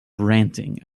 ranting